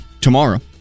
tomorrow